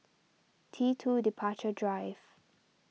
T two Departure Drive